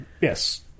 Yes